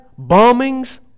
bombings